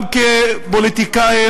גם כפוליטיקאים,